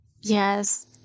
Yes